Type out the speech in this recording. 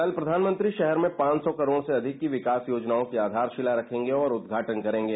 कल प्रधानमंत्री राहर में पांच सौ करोड़ रूपये से अधिक की विकास योजनाओं की आधारशिला रखेंगे और उद्घाटन करेंगे